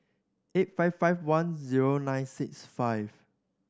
eight five five one zero nine six five